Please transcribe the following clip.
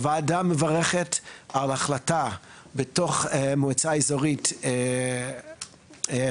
הוועדה מברכת על ההחלטה בתוך המועצה האזורית חוף